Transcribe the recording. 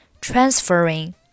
transferring